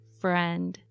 friend